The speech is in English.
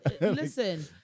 Listen